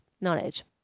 knowledge